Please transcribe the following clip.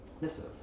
missive